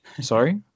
Sorry